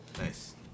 Nice